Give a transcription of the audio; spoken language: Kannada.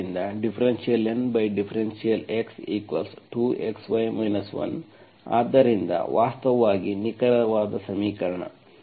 ಆದ್ದರಿಂದ ∂N∂x2xy 1 ಆದ್ದರಿಂದ ವಾಸ್ತವವಾಗಿ ನಿಖರವಾದ ಸಮೀಕರಣ